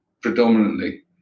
predominantly